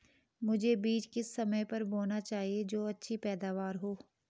मुझे बीज किस समय पर बोना चाहिए जो अच्छी पैदावार हो?